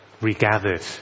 regathered